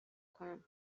کنم